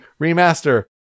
Remaster